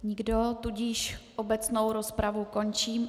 Nikdo, tudíž obecnou rozpravu končím.